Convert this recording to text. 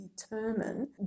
determine